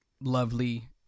lovely